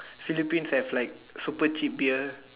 Philippines have like super cheap beer